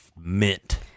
mint